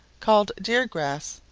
called deer grass,